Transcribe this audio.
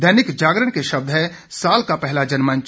दैनिक जागरण के शब्द हैं साल का पहला जनमंच आज